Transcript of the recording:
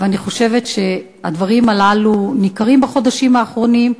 ואני חושבת שהדברים הללו ניכרים בחודשים האחרונים.